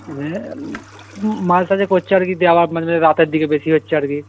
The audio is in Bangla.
মাঝে সাঝে করছে আর কি দিয়ে আবার মাঝে মাঝে রাতের দিকে বেশি হচ্ছে আর কি